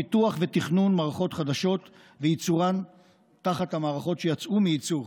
פיתוח ותכנון מערכות חדשות וייצורן תחת המערכות שיצאו מייצור,